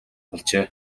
болжээ